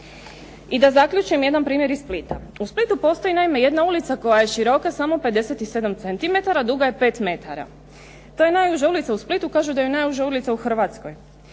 I da zaključim, jedan primjer iz Splita. U Splitu postoji naime jedna ulica koja je široka samo 57 centimetara, duga je 5 metara. To je najuža ulica u Splitu, kažu da je najuža ulica u Hrvatskoj.